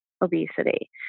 obesity